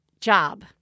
job